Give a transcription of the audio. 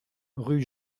rue